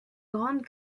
grande